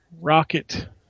Rocket